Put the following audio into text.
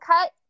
cut